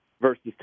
versus